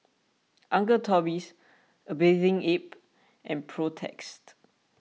Uncle Toby's A Bathing Ape and Protex